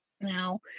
now